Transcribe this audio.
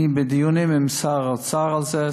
אני בדיונים עם שר האוצר על זה.